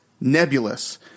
nebulous